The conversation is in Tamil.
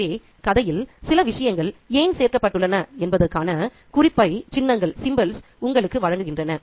எனவே கதையில் சில விஷயங்கள் ஏன் சேர்க்கப்பட்டுள்ளன என்பதற்கான குறிப்பை சின்னங்கள் உங்களுக்கு வழங்குகின்றன